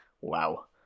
Wow